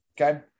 Okay